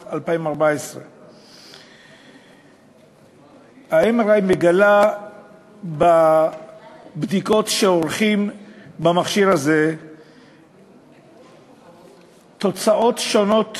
2014. בבדיקות שעורכים במכשיר ה-MRI מתגלות תוצאות שונות